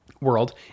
world